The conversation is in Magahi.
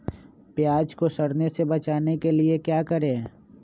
प्याज को सड़ने से बचाने के लिए क्या करें?